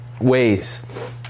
ways